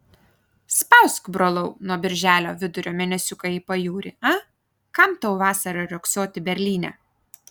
spausk brolau nuo birželio vidurio mėnesiuką į pajūrį a kam tau vasarą riogsoti berlyne